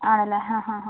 ആണല്ലേ ആ ഹാ ഹാ